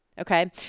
Okay